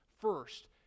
first